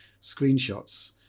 screenshots